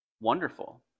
wonderful